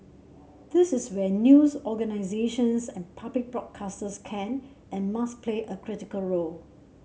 this is where news organisations and public broadcasters can and must play a critical role